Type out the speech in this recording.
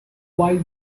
wise